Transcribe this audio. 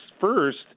First